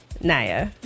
Naya